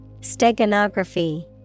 Steganography